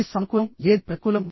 ఏది సానుకూలంఏది ప్రతికూలం